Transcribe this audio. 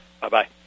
Bye-bye